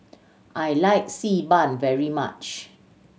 I like Xi Ban very much